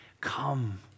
Come